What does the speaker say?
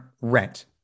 rent